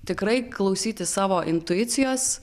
tikrai klausyti savo intuicijos